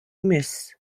jmiss